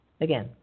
again